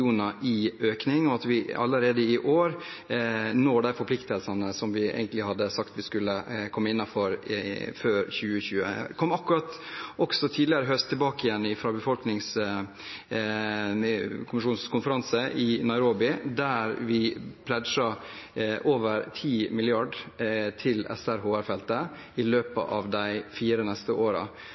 med en økning på 700 mill. kr, og at vi allerede i år oppfyller de forpliktelsene som vi hadde sagt vi skulle komme innenfor før 2020. Tidligere i høst kom jeg tilbake fra en befolkningskonferanse i Nairobi, der vi «pledget» over 10 mrd. kr til SRHR-feltet i løpet av de fire neste